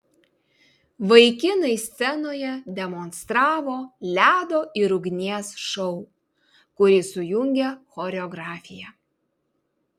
vaikinai scenoje demonstravo ledo ir ugnies šou kurį sujungė choreografija